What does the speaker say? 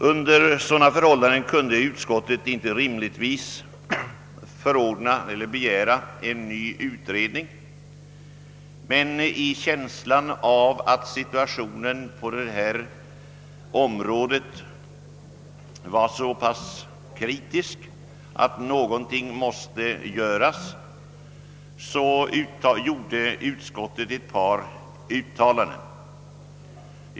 Under sådana förhållanden kunde utskottet rimligen inte begära en ny utredning. Men i känslan av att situationen på detta område var så kritisk att någonting måste göras, gjorde utskottet ett par uttalanden.